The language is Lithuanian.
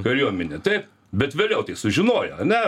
kariuomenė taip bet vėliau sužinojo ane